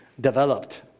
developed